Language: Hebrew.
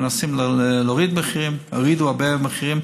מנסים להוריד מחירים, הורידו הרבה מחירים,